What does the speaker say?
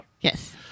Yes